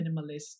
minimalist